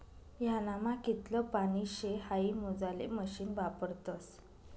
ह्यानामा कितलं पानी शे हाई मोजाले मशीन वापरतस